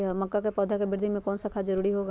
मक्का के पौधा के वृद्धि में कौन सा खाद जरूरी होगा?